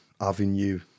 avenue